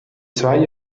zwei